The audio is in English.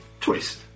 Twist